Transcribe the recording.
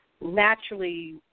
naturally